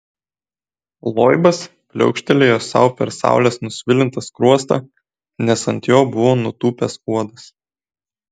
loibas pliaukštelėjo sau per saulės nusvilintą skruostą nes ant jo buvo nutūpęs uodas